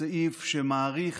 סעיף שמאריך